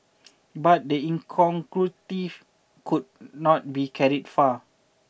but the incongruity could not be carried far